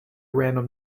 random